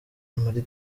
muri